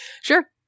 sure